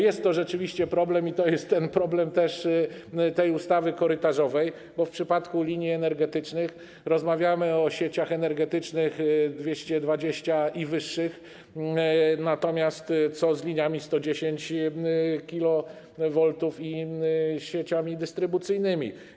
Jest to rzeczywiście problem i to jest też problem ustawy korytarzowej, bo w przypadku linii energetycznych rozmawiamy o sieciach energetycznych 220 kV i wyższych, a co z liniami 110 kV i sieciami dystrybucyjnymi?